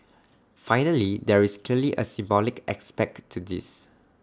finally there is clearly A symbolic aspect to this